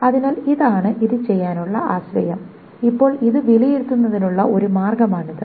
അതിനാൽ ഇതാണ് ഇത് ചെയ്യാനുള്ള ആശയം ഇപ്പോൾ ഇത് വിലയിരുത്തുന്നതിനുള്ള ഒരു മാർഗമാണിത്